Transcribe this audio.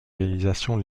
réalisations